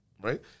right